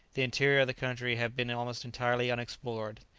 the interior of the country had been almost entirely unexplored.